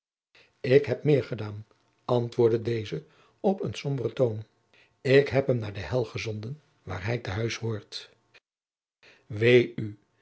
ik heb meer gedaan antwoordde deze op een somberen toon ik heb hem naar de hel gezonden waarin hij te huis behoort wee u